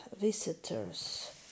visitors